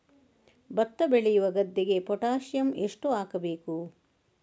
ಭತ್ತ ಬೆಳೆಯುವ ಗದ್ದೆಗೆ ಪೊಟ್ಯಾಸಿಯಂ ಎಷ್ಟು ಹಾಕಬೇಕು?